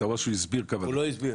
הוא לא הסביר.